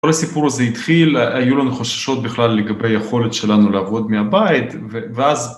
כל הסיפור הזה התחיל, היו לנו חששות בכלל לגבי יכולת שלנו לעבוד מהבית ואז...